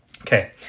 Okay